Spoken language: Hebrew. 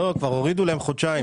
כבר הורידו להם חודשיים.